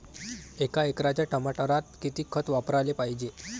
एका एकराच्या टमाटरात किती खत वापराले पायजे?